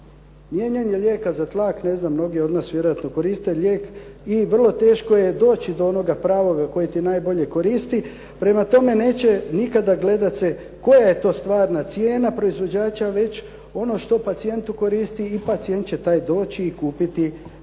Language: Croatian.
Mijenjanje lijeka za tlak ne znam mnogi od nas koriste lijek i vrlo teško je doći do onoga pravoga koji ti najbolje koristi. Prema tome, neće nikada gledati se koja je to stvarna cijena proizvođača, već ono što pacijentu koristi i pacijent će doći i kupiti taj